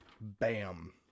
bam